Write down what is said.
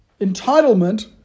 entitlement